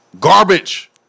garbage